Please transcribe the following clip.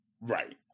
Right